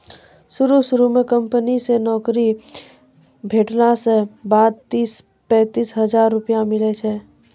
शुरू शुरू म कंपनी से नौकरी भेटला के बाद तीस पैंतीस हजार रुपिया मिलै छै